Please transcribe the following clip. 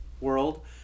world